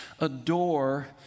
adore